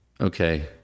okay